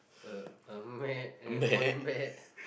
a a man and one man